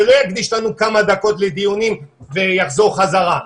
שלא יקדיש לנו כמה דקות לדיונים ויחזור חזרה,